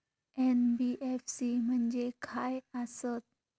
NBFC म्हणजे खाय आसत?